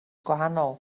gwahanol